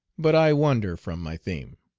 but i wander from my theme.